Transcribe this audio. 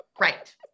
right